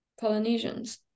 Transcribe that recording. polynesians